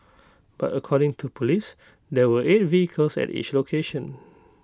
but according to Police there were eight vehicles at each location